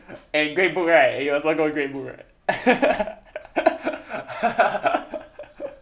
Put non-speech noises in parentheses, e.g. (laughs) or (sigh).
and great book right you also go great book right (laughs)